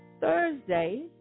Thursday